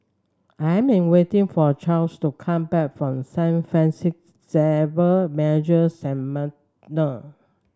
I am waiting for Chas to come back from Saint Francis Xavier Major Seminary